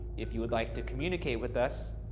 if you would like to communicate with us,